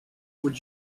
would